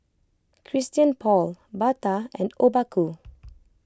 Christian Paul Bata and Obaku